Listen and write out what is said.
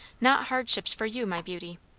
not hardships for you, my beauty!